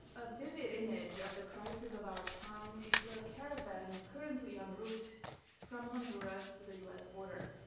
a vivid image of the crisis of our time is the caravan currently on route from honduras to the us border,